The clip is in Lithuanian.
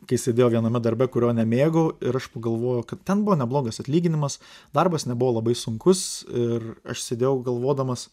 kai sėdėjau viename darbe kurio nemėgau ir aš pagalvojau kad ten buvo neblogas atlyginimas darbas nebuvo labai sunkus ir aš sėdėjau galvodamas